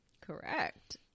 Correct